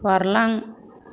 बारलां